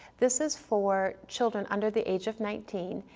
this is for children under the age of nineteen,